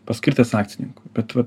paskirtas akcininkų bet va